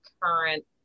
current